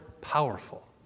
powerful